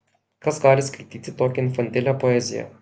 kas gali skaityti tokią infantilią poeziją